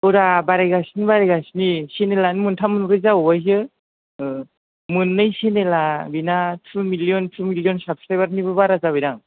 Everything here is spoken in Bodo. औब्रा बारायगासिनो बारायगासिनो चेनेलानो मोनथाम मोनब्रै जाबावसो मोननै चेनेला बिना थु मिलियन थु मिलियन साबस्क्राइबारनिबो बारा जाबायदां